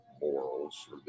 morals